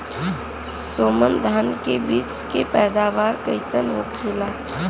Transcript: सोनम धान के बिज के पैदावार कइसन होखेला?